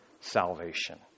salvation